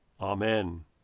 Amen